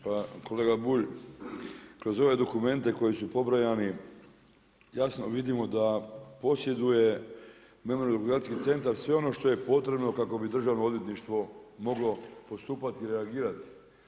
Pa kolega Bulj, kroz ove dokumente koji su pobrojani, jasno vidimo da posjeduje Memorijalno-dokumentacijski centar sve ono što je potrebno kako bi Državno odvjetništvo moglo postupati, reagirati.